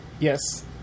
Yes